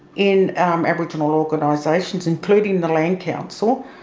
in aboriginal organisations, including the land council,